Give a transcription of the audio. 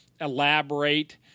elaborate